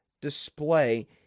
display